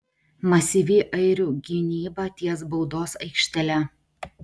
masyvi airių gynyba ties baudos aikštele